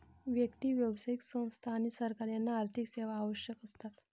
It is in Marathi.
व्यक्ती, व्यावसायिक संस्था आणि सरकार यांना आर्थिक सेवा आवश्यक असतात